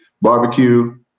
barbecue